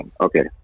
okay